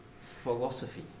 philosophy